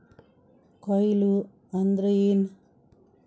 ಕೊಯ್ಲು ಅಂದ್ರ ಏನ್?